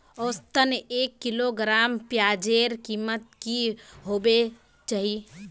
औसतन एक किलोग्राम प्याजेर कीमत की होबे चही?